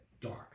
dark